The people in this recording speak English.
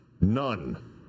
None